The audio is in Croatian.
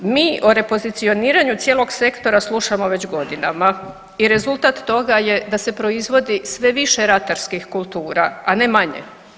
Mi o repozicioniranju cijelog sektora slušamo već godinama i rezultat toga je da se proizvodi sve više ratarskih kultura, a ne manje.